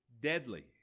deadly